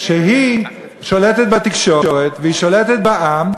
היא שולטת בתקשורת והיא שולטת בעם,